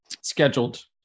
scheduled